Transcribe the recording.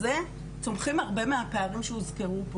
2021 שאישרנו בצורה מבורכת סוף סוף תקציב למדינת ישראל,